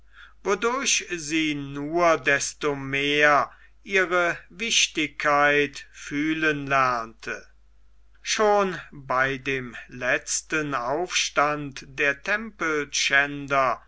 wodurch sie nur desto mehr ihre wichtigkeit fühlen lernte schon bei dem letzten aufstand der